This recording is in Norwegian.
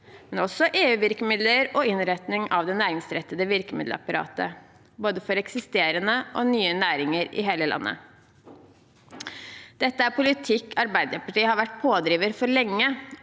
men også på EUvirkemidler og innretning av det næringsrettede virkemiddelapparatet for både eksisterende og nye næringer i hele landet. Dette er politikk Arbeiderpartiet har vært pådriver for lenge,